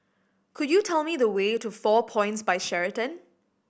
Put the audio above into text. could you tell me the way to Four Points By Sheraton